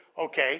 okay